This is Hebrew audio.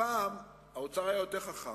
הפעם האוצר היה יותר חכם.